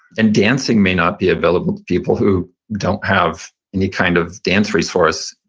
and dancing may not be available to people who don't have any kind of dance resource,